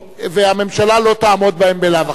והממשלה לא תעמוד בהן בלאו הכי.